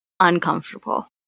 Uncomfortable